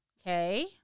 Okay